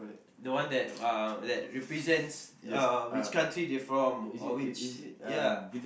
the one that uh that represent uh which country they from or which ya